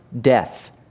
death